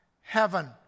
heaven